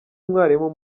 umwarimu